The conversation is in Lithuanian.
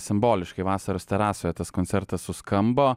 simboliškai vasaros terasoje tas koncertas suskambo